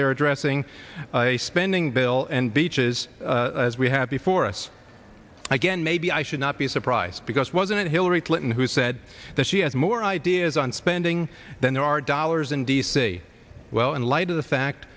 they are addressing a spending bill and beeches as we have before us again maybe i should not be surprised because it wasn't hillary clinton who said that she has more ideas on spending than there are dollars in d c well in light of the fact